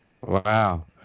Wow